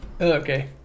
Okay